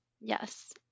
Yes